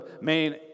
main